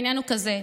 העניין הוא כזה,